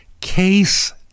case